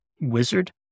wizard